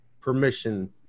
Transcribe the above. permission